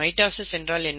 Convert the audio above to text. mitosis என்றால் என்ன